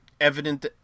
evident